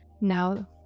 Now